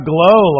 Glow